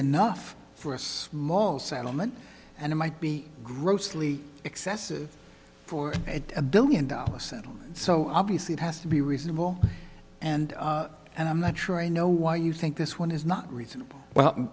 enough for us mall settlement and it might be grossly excessive for a billion dollar settlement so obviously it has to be reasonable and i'm not sure i know why you think this one is not reasonable well